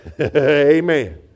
Amen